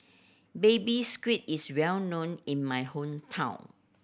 Baby Squid is well known in my hometown